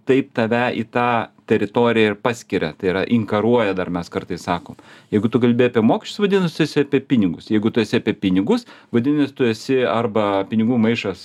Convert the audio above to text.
taip tave į tą teritoriją ir paskiria tai yra inkaruoja dar mes kartais sakom jeigu tu kalbi apie mokesčius vadinas tu esi apie pinigus jeigu tu esi apie pinigus vadinas tu esi arba pinigų maišas